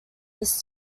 this